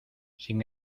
sin